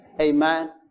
Amen